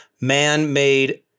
man-made